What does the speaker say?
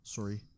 Sorry